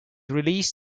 released